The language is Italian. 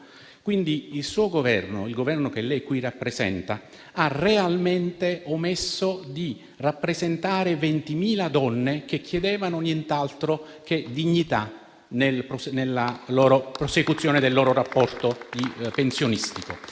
ordini del giorno: quindi il Governo che lei qui rappresenta ha realmente omesso di rappresentare 20.000 donne, che chiedevano nient'altro che dignità nella prosecuzione del loro rapporto pensionistico.